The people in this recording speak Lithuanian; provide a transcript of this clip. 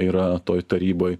yra toj taryboj